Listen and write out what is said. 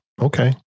okay